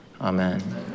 Amen